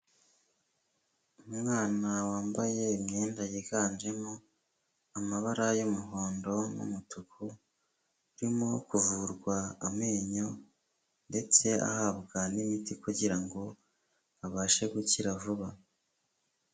Umwana wambaye imyenda yiganjemo amabara y'umuhondo n'umutuku urimo kuvurwa amenyo ndetse ahabwa n'imiti kugira ngo abashe gukira vuba.